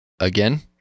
again